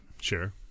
Sure